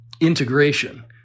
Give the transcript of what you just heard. integration